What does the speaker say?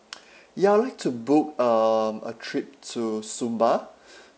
ya I'd like to book um a trip to sumba